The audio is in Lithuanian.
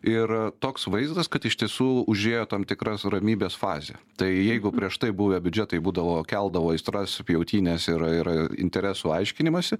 ir toks vaizdas kad iš tiesų užėjo tam tikras ramybės fazė tai jeigu prieš tai buvę biudžetai būdavo keldavo aistras pjautynes ir ir interesų aiškinimąsi